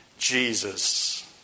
Jesus